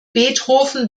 beethoven